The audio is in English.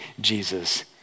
Jesus